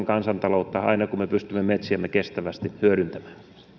kansantaloutta aina kun me pystymme metsiämme kestävästi hyödyntämään